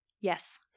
Yes